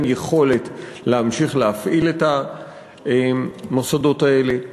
יכולת להמשיך להפעיל את המוסדות האלה.